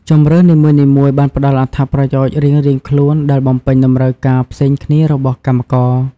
ជម្រើសនីមួយៗបានផ្តល់អត្ថប្រយោជន៍រៀងៗខ្លួនដែលបំពេញតម្រូវការផ្សេងគ្នារបស់កម្មករ។